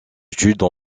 études